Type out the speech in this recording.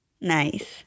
Nice